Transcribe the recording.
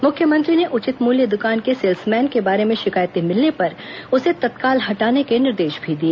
मुख्यमंत्री ने उचित मूल्य दुकान के सेल्समेन के बारे में शिकायतें मिलने पर उसे तत्काल हटाने के निर्देश भी दिए